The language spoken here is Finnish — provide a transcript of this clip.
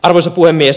arvoisa puhemies